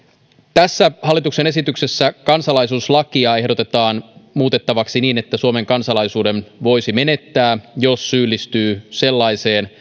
tässä hallituksen esityksessä kansalaisuuslakia ehdotetaan muutettavaksi niin että suomen kansalaisuuden voisi menettää jos syyllistyy sellaiseen